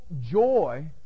joy